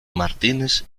martínez